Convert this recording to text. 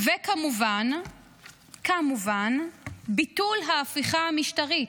וכמובן כמובן ביטול ההפיכה המשטרית.